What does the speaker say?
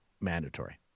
mandatory